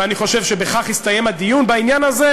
ואני חושב שבכך הסתיים הדיון בעניין הזה,